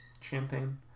champagne